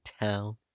town